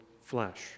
flesh